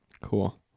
Cool